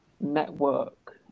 network